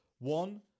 One